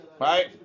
Right